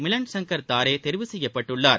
Milan Shankar Tare தெரிவு செய்யப்பட்டுள்ளார்